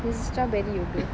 strawberry yoghurt